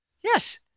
yes